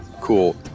Cool